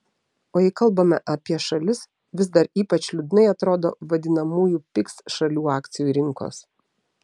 o jei kalbame apie šalis vis dar ypač liūdnai atrodo vadinamųjų pigs šalių akcijų rinkos